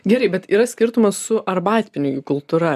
gerai bet yra skirtumas su arbatpinigių kultūra